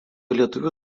lietuvių